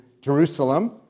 Jerusalem